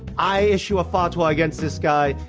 i issue a fatwa against this guy.